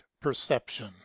perception